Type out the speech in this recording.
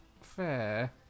fair